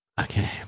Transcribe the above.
Okay